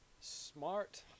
smart